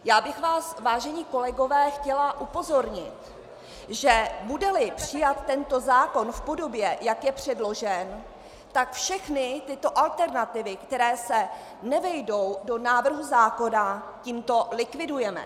Chtěla bych vás, vážení kolegové, upozornit, že budeli přijat tento zákon v podobě, jak je předložen, tak všechny tyto alternativy, které se nevejdou do návrhu zákona, tímto likvidujeme.